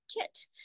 kit